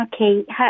Okay